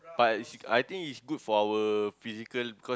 but I think it's good for our physical because